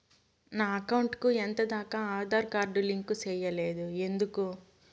నా అకౌంట్ కు ఎంత దాకా ఆధార్ కార్డు లింకు సేయలేదు ఎందుకు